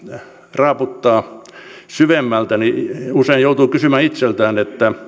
raaputtaa syvemmältä niin usein joutuu kysymään itseltään